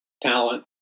talent